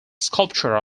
sculpture